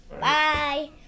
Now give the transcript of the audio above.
Bye